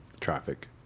traffic